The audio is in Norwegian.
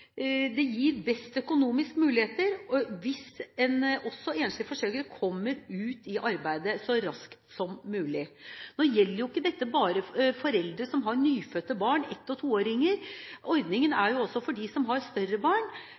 det gir best økonomiske muligheter hvis også enslige forsørgere kommer ut i arbeid så raskt som mulig. Nå gjelder ikke overgangsstønaden bare for foreldre som har nyfødte barn – ett- og toåringer. Ordningen er også for dem som har større barn